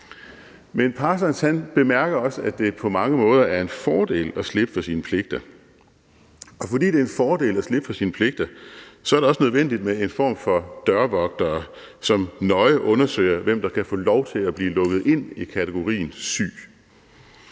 Men Parsons bemærker også, at det på mange måder er en fordel at slippe for sine pligter. Og fordi det er en fordel at slippe for sine pligter, er det også nødvendigt med en form for dørvogtere, som nøje undersøger, hvem der kan få lov til at blive lukket ind i kategorien syg.